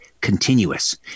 continuous